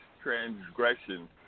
Transgression